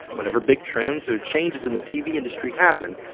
whatever big trends or changes in the tv industry happen,